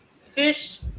fish